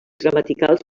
gramaticals